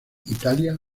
italia